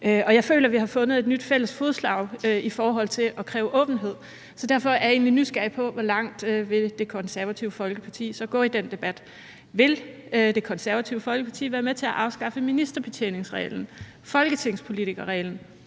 og jeg føler, at vi har fundet et nyt fælles fodslag i forhold til at kræve åbenhed, og derfor er jeg egentlig nysgerrig på, hvor langt Det Konservative Folkeparti så vil gå i den debat. Vil Det Konservative Folkeparti være med til at afskaffe ministerbetjeningsreglen, folketingspolitikerreglen